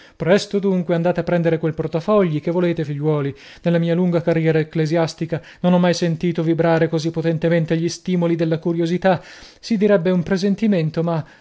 presto dunque andate a prendere quel portafogli che volete figliuoli nella mia lunga carriera ecclesiastica non ho mai sentito vibrare così potentemente gli stimoli della curiosità si direbbe un presentimento ma